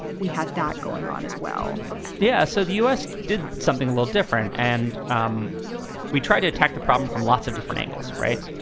we had that going on as well yeah. so the u s. did something a little different and um we tried to attack the problem from lots of different angles. right.